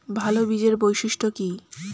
ভাল বীজের বৈশিষ্ট্য কী?